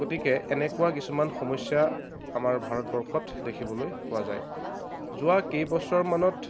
গতিকে এনেকুৱা কিছুমান সমস্যা আমাৰ ভাৰতবৰ্ষত দেখিবলৈ পোৱা যায় যোৱা কেইবছৰমানত